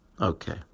Okay